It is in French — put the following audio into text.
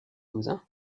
cousin